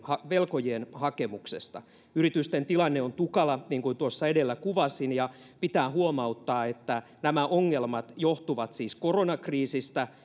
velkojien hakemuksesta yritysten tilanne on tukala niin kuin tuossa edellä kuvasin ja pitää huomauttaa että nämä ongelmat johtuvat siis koronakriisistä